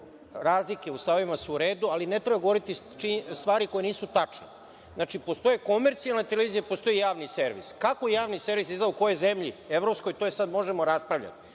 Razlike u stavovima su u redu, ali ne treba govoriti stvari koje nisu tačne. Znači, postoje komercijalne televizije i postoji Javni servis. Kako javni servis izgleda u kojoj zemlji evropskoj, o tome možemo raspravljati.